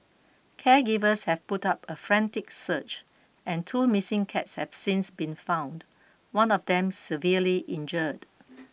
caregivers have put up a frantic search and two missing cats have since been found one of them severely injured